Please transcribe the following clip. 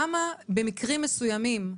למה במקרים מסוימים?